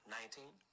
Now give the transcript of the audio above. Nineteen